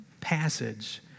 passage